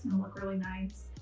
look really nice.